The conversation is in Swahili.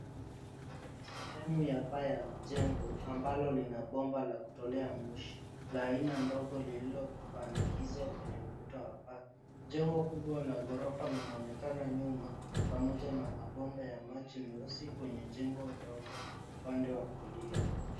Ni sehemu ya paa ya mjengo ambalo lina pomba la kutolea moshi la aina ndogo lililo pandikiso kwenye ukuta wa paa. Jengo kubwa la gorofa linaonekana nyuma pomoja na mapomba ya maji meusi kwenye jengo ndogo upande wa kulia.